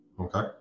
okay